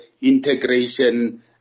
integration